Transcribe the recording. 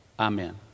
Amen